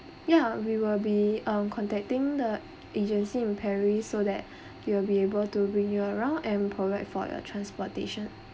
ya we will be um contacting the agency in paris so that they will be able to bring you around and provide for your transportation